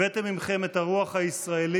הבאתם עימכם את הרוח הישראלית,